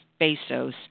Bezos